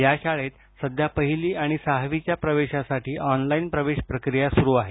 या शाळेत सध्या पहिली आणि सहावीच्या प्रवेशासाठी ऑनलाईन प्रवेश प्रक्रीया सुरू आहे